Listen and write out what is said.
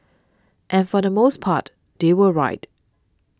and for the most part they were right